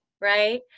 right